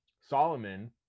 solomon